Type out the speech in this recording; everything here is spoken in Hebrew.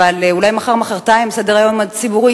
אבל אולי מחר-מחרתיים סדר-היום הציבורי